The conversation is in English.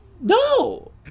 No